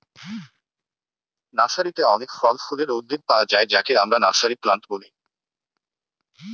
নার্সারিতে অনেক ফল ফুলের উদ্ভিদ পায়া যায় যাকে আমরা নার্সারি প্লান্ট বলি